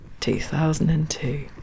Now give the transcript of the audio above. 2002